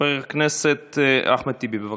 חבר הכנסת אחמד טיבי, בבקשה.